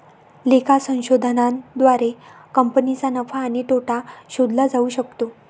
लेखा संशोधनाद्वारे कंपनीचा नफा आणि तोटा शोधला जाऊ शकतो